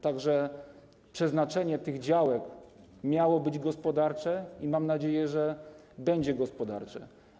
Tak że przeznaczenie tych działek miało być gospodarcze i mam nadzieję, że będzie gospodarcze.